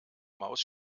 maus